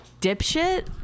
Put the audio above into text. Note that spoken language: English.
dipshit